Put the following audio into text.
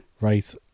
Right